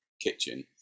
kitchen